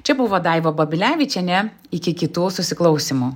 čia buvo daiva babilevičienė iki kitos susiklausymo